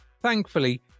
thankfully